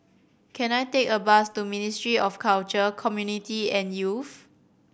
can I take a bus to Ministry of Culture Community and Youth